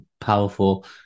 powerful